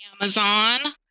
Amazon